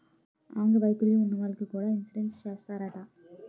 అంగ వైకల్యం ఉన్న వాళ్లకి కూడా ఇన్సురెన్సు చేస్తారట